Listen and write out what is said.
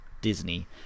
Disney